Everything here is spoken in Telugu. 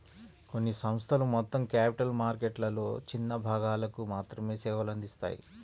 కొన్ని సంస్థలు మొత్తం క్యాపిటల్ మార్కెట్లలో చిన్న భాగాలకు మాత్రమే సేవలు అందిత్తాయి